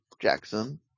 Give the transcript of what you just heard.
Jackson